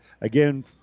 Again